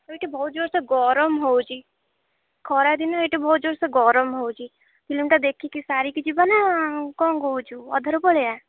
ଏଠି ବହୁତ ଜୋର୍ସେ ଗରମ ହେଉଛି ଖରାଦିନ ଏଇଠି ବହୁତ ଜୋର୍ସେ ଗରମ ହେଉଛି ଫିଲ୍ମଟା ଦେଖିକି ସାରିକି ଯିବା ନା କଣ କହୁଛୁ ଅଧାରୁ ପଳେଇବା